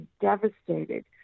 devastated